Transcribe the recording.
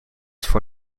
for